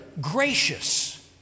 gracious